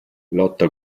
lotta